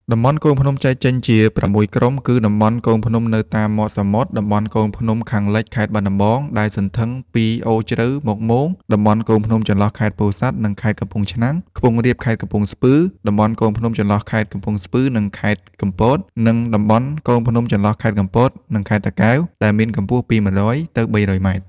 តំបន់កូនភ្នំចែកចេញជា ៦ ក្រុមគឺ តំបន់កូនភ្នំនៅតាមមាត់សមុទ្រ តំបន់កូនភ្នំខាងលិចខេត្តបាត់ដំបង ដែលសន្ធឹងពីអូរជ្រៅមកមោង តំបន់កូនភ្នំចន្លោះខេត្តពោធិសាត់និងខេត្តកំពង់ឆ្នាំង ខ្ពង់រាបខេត្តកំពង់ស្ពឺ តំបន់កូនភ្នំចន្លោះរខេត្តកំពង់ស្ពឺនិងខេត្តកំពត និង តំបន់កូនភ្នំចន្លោះខេត្តកំពតនិងខេត្តតាកែវ ដែលមានកម្ពស់ពី ១០០ ទៅ ៣០០ ម៉ែត្រ។